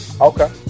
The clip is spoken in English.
Okay